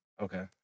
Okay